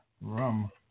rum